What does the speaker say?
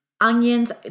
Onions